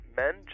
men